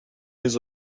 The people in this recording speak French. des